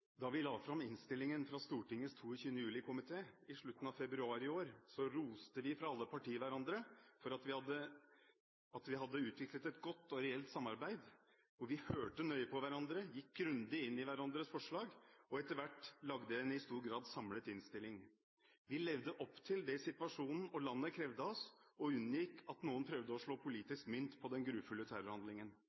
Da vi la fram innstillingen fra Stortingets 22. juli-komité i slutten av februar i år, så roste vi fra alle partier hverandre for at vi hadde utviklet et godt og reelt samarbeid. Vi hørte nøye på hverandre, gikk grundig inn i hverandres forslag og etter hvert lagde en i stor grad samlet innstilling. Vi levde opp til det situasjonen og landet krevde av oss og unngikk at noen prøvde å slå politisk mynt på den grufulle terrorhandlingen.